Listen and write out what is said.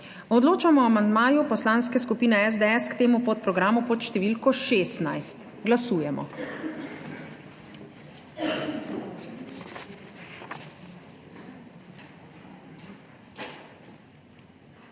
Odločamo o amandmaju Poslanske skupine SDS k temu podprogramu pod številko 16. Glasujemo.